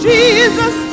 Jesus